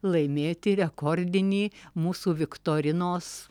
laimėti rekordinį mūsų viktorinos